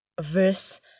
verse